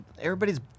Everybody's